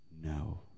no